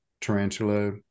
tarantula